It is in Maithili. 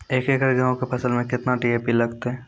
एक एकरऽ गेहूँ के फसल मे केतना डी.ए.पी लगतै?